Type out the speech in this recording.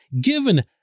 given